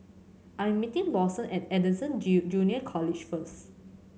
I am meeting Lawson at Anderson Junior College first